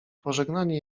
pożegnanie